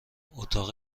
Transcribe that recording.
اتاق